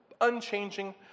unchanging